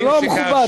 זה לא מכובד,